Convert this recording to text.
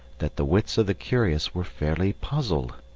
that the wits of the curious were fairly puzzled.